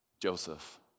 Joseph